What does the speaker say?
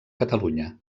catalunya